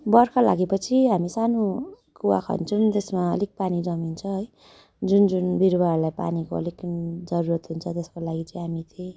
बर्खा लाग्योपछि हामी सानो कुवा खन्छौँ जसमा पानी जमिन्छ है जुन जुन बिरुवाहरूलाई पानीको अलिक जरुरत हुन्छ त्यसको लागि चाहिँ हामी त्यही